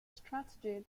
strategy